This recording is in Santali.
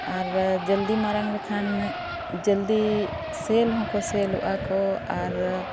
ᱟᱨ ᱡᱚᱞᱫᱤ ᱢᱟᱨᱟᱝ ᱞᱮᱠᱷᱟᱱ ᱡᱚᱞᱫᱤ ᱥᱮᱞ ᱦᱚᱸᱠᱚ ᱥᱮᱞ ᱚᱜ ᱟᱠᱚ ᱟᱨ